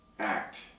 Act